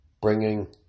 bringing